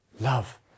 love